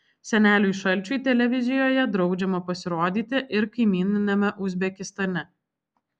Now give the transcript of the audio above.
seneliui šalčiui televizijoje draudžiama pasirodyti ir kaimyniniame uzbekistane